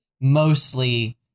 mostly